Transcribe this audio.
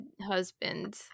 husband